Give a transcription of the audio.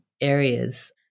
areas